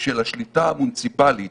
של השליטה המוניציפלית